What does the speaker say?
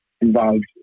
involved